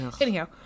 anyhow